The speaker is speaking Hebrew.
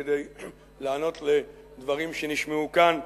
כדי לענות לדברים שנשמעו כאן,